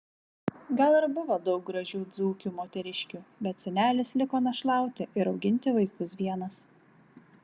gal ir buvo daug gražių dzūkių moteriškių bet senelis liko našlauti ir auginti vaikus vienas